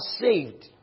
saved